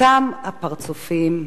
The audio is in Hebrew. אותם הפרצופים.